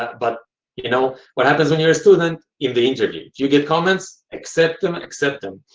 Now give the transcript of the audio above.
but you know what happens when you're a student in the interview you get comments, accept them accept them.